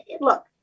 look